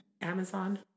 Amazon